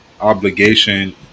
obligation